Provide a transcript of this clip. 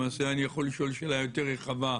למעשה אני יכול לשאול שאלה יותר רחבה.